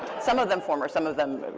some of them former, some of them